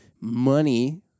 money